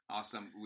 Awesome